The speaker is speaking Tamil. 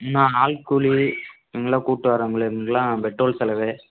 இன்னும் ஆள் கூலி இவங்கள கூப்பிட்டு வரதுலேருந்தெல்லாம் பெட்ரோல் செலவு